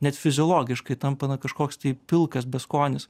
net fiziologiškai tampa na kažkoks tai pilkas beskonis